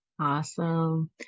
Awesome